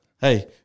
Hey